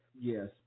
yes